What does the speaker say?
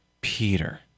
Peter